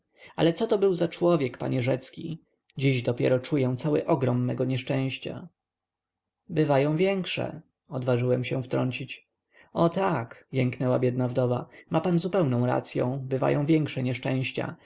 ale coto był za człowiek panie rzecki dziś dopiero czuję cały ogrom mego nieszczęścia bywają większe odważyłem się wtrącić o tak jęknęła biedna wdowa ma pan zupełną racyą bywają większe nieszczęścia